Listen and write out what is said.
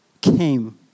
came